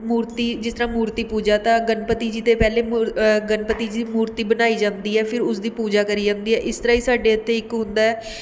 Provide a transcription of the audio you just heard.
ਮੂਰਤੀ ਜਿਸ ਤਰ੍ਹਾਂ ਮੂਰਤੀ ਪੂਜਾ ਤਾਂ ਗਣਪਤੀ ਜੀ ਦੇ ਪਹਿਲੇ ਮੁਰ ਗਣਪਤੀ ਜੀ ਮੂਰਤੀ ਬਣਾਈ ਜਾਂਦੀ ਹੈ ਫਿਰ ਉਸ ਦੀ ਪੂਜਾ ਕਰੀ ਜਾਂਦੀ ਹੈ ਇਸ ਤਰ੍ਹਾਂ ਹੀ ਸਾਡੇ ਇੱਥੇ ਇੱਕ ਹੁੰਦਾ ਹੈ